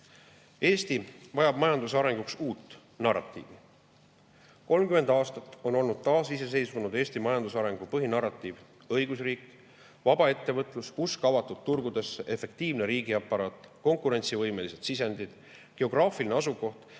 Eesti vajab majanduse arenguks uut narratiivi. 30 aastat on olnud taasiseseisvunud Eesti majanduse arengu põhinarratiiv õigusriik, vaba ettevõtlus, usk avatud turgudesse, efektiivne riigiaparaat, konkurentsivõimelised sisendid, geograafiline asukoht